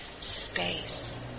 space